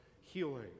healing